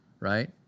right